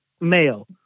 male